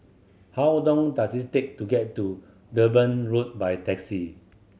how long does it take to get to Durban Road by taxi